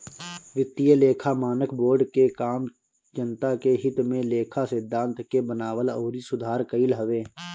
वित्तीय लेखा मानक बोर्ड के काम जनता के हित में लेखा सिद्धांत के बनावल अउरी सुधार कईल हवे